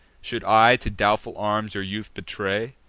should i to doubtful arms your youth betray,